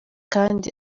kandi